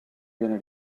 viene